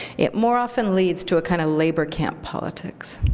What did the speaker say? it more often leads to a kind of labor camp politics.